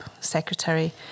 secretary